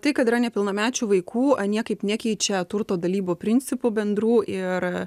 tai kad yra nepilnamečių vaikų niekaip nekeičia turto dalybų principu bendrų ir